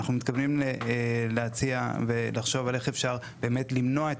אנחנו מתכוונים להציע ולחשוב על איך אפשר באמת למנוע את